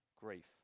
grief